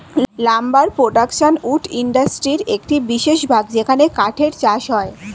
lumber production wood ইন্ডাস্ট্রির একটি বিশেষ ভাগ যেখানে কাঠের চাষ হয়